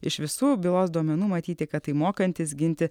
iš visų bylos duomenų matyti kad tai mokantis ginti